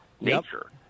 nature